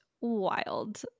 wild